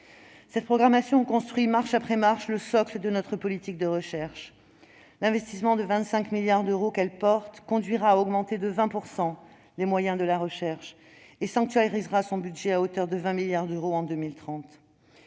Cette programmation construit, marche après marche, le socle de notre politique de recherche. L'investissement de 25 milliards d'euros qu'elle porte conduira à augmenter de 20 % les moyens de la recherche et sanctuarisera son budget à hauteur de 20 milliards d'euros en 2030.